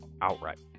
outright